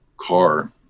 car